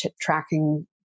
tracking